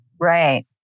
Right